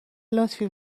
لطفی